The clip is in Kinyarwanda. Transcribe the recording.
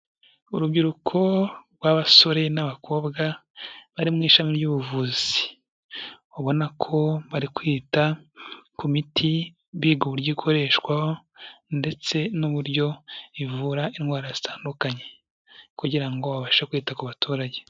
Urubyiruko rw'abasore n'abakobwa bari mu ishami ry'ubuvuzi, ubabona ko bari kwita ku miti biga uburyo ikoreshwa ndetse n'uburyo ivura indwara zitandukanye, kugira ngo babashe kwita ku baturage.